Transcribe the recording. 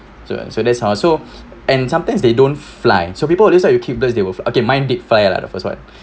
so so that's how so and sometimes they don't fly so people always like you keep birds they will okay mine did fly lah the first one